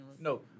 No